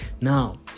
Now